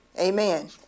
Amen